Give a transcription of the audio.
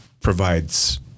provides